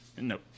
Nope